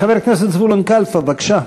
חבר הכנסת זבולון קלפה, בבקשה.